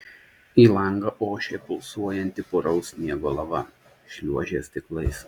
į langą ošė pulsuojanti puraus sniego lava šliuožė stiklais